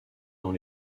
dans